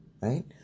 right